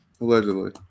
allegedly